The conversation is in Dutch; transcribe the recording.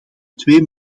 twee